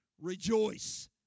Rejoice